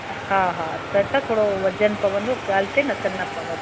हा हा त छा थोरो वज़न पवंदो ॻाल्हि ते न त न पवंदो